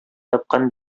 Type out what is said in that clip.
тапкан